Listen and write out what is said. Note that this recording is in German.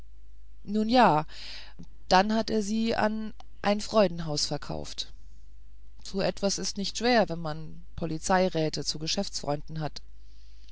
nun ja und dann hat er sie an ein freudenhaus verkauft so etwas ist nicht schwer wenn man polizeiräte zu geschäftsfreunden hat